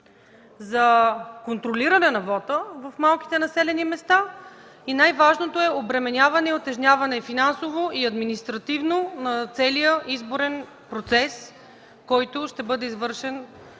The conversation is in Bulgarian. за контролиране на вота в малките населени места и най-важното – обременяване и утежняване, финансово и административно, на целия изборен процес, който ще бъде извършен